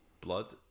blood